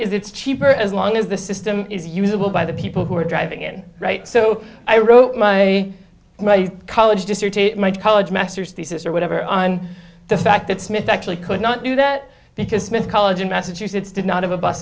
it's cheaper as long as the system is usable by the people who are driving in right so i wrote my my college dissertation my college master's thesis or whatever on the fact that smith actually could not do that because smith college in massachusetts did not have a bus